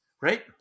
Right